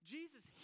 Jesus